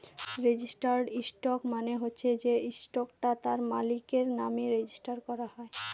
registered stock মানে হচ্ছে সে স্টকটা তার মালিকের নামে রেজিস্টার করা হয়